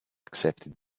accepted